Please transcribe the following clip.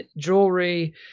jewelry